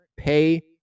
pay